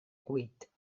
cuit